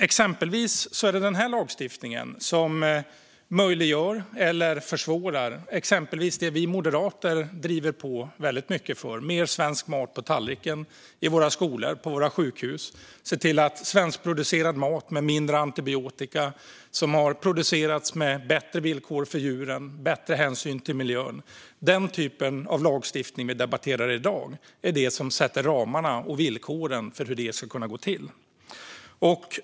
Exempelvis är det denna lagstiftning som möjliggör eller försvårar något som bland annat vi moderater väldigt mycket driver på för, nämligen mer svensk mat på tallriken i skolor och på sjukhus. Vi vill se till att svenskproducerad mat serveras och att den innehåller mindre antibiotika och har producerats med bättre villkor för djuren och bättre hänsyn till miljön. Den lagstiftning som vi debatterar i dag är det som sätter ramar och ställer villkor för hur detta ska gå till. Herr talman!